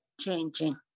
changing